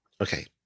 okay